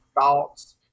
thoughts